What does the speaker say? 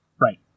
Right